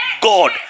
God